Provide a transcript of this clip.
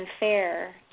unfair